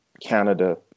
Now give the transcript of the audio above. Canada